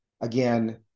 Again